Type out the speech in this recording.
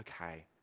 okay